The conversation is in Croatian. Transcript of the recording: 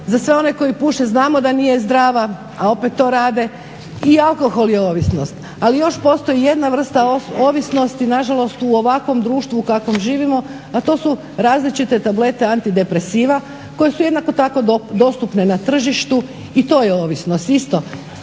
za sve one koji puše znamo da nije zdrava a opet to rade. I alkohol je ovisnost ali još postoji jedna vrsta ovisnosti, nažalost u ovakvom društvu u kakvom živimo, a to su različite tablete antidepresiva koje su jednako tako dostupne na tržištu i to je ovisnost isto.